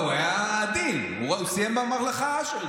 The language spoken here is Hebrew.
הוא היה עדין, הוא סיים בממלכה ההאשמית.